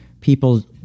people